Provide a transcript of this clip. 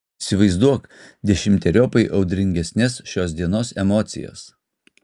įsivaizduok dešimteriopai audringesnes šios dienos emocijas